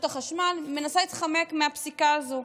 מנסה להתחמק מהפסיקה הזו.